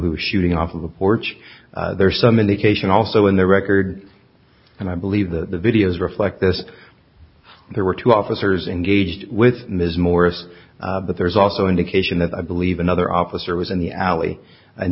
was shooting off of the porch there is some indication also in the record and i believe that the video is reflect this there were two officers engaged with ms morris but there's also indication that i believe another officer was in the alley in